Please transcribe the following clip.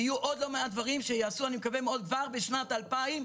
ויהיו עוד לא מעט דברים שאני מקווה מאוד שייעשו כבר בשנת 2022,